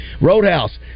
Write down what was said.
Roadhouse